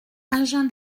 agen